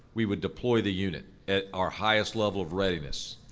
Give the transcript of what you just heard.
we would deploy the unit at our highest level of readiness.